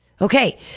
Okay